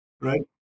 right